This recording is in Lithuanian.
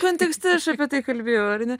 kontekste apie tai kalbėjau ar ne